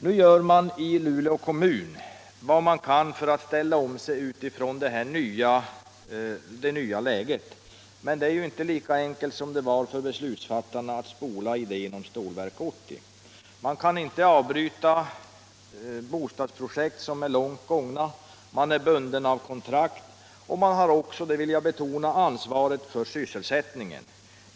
Nu gör man i Luleå kommun vad man kan för att ställa om sig utifrån det nya läget — men det är inte lika enkelt som det var för beslutsfattarna att spola idén om Stålverk 80. Man kan inte avbryta bostadsprojekt som är långt gångna, man är bunden av kontrakt och man har också — det vill jag betona — ansvaret för sysselsättningen.